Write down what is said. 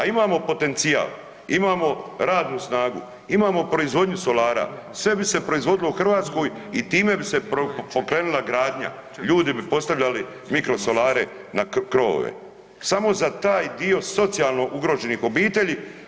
A imamo potencijal, imamo radnu snagu, imamo proizvodnju solara, sve bi se proizvodilo u Hrvatskoj i time bi se pokrenula gradnja, ljudi bi postavljali mikrosolare na krovove samo za taj dio socijalno ugroženih obitelji.